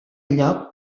lloc